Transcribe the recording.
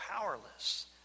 powerless